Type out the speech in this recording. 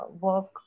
work